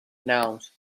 nouns